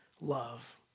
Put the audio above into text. love